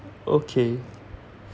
okay